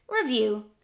review